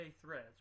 Threads